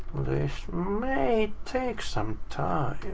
this may take some time!